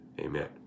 amen